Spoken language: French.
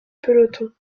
peloton